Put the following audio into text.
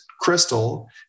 Crystal